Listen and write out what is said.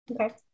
Okay